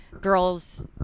girl's